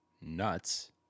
nuts